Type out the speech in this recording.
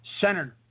Centered